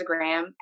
instagram